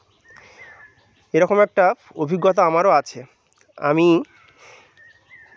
এরকম একটা অভিজ্ঞতা আমারও আছে আমি